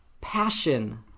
Passion